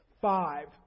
five